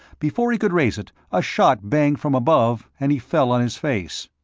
before he could raise it, a shot banged from above and he fell on his face.